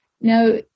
Now